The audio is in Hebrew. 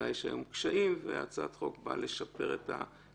אולי יש היום קשיים והצעת החוק באה לשפר את הסיטואציה.